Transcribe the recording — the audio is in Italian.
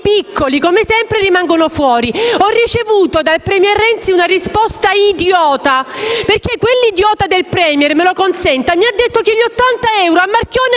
piccoli, come sempre, rimangono fuori. Ho ricevuto dal *premier* Renzi una risposta idiota, perché quell'idiota del *Premier* - me lo consenta - mi ha detto che gli 80 euro a Marchionne